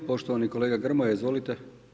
Poštovani kolega Grmoja, izvolite.